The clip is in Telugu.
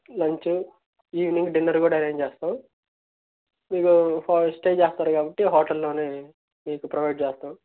లంచు ఈవినింగ్ డిన్నర్ కూడా అరేంజ్ చేస్తాం మీకు ఫస్ట్ స్టే ఆఫర్ కాబట్టి హోటల్లోనే మీకు ప్రొవైడ్ చేస్తాం